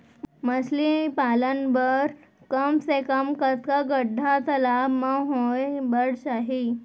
मछली पालन बर कम से कम कतका गड्डा तालाब म होये बर चाही?